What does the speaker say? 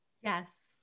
Yes